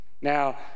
Now